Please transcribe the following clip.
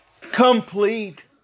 Complete